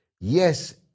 yes